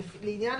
ולעניין,